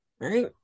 right